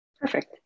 Perfect